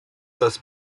das